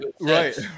Right